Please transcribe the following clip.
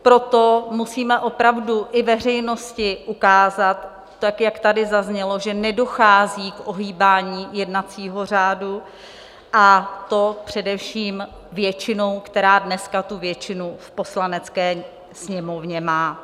Proto musíme opravdu i veřejnosti ukázat, jak tady zaznělo, že nedochází k ohýbání jednacího řádu, a to především většinou, která dneska tu většinu v Poslanecké sněmovně má.